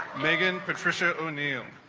megan patricia o'neill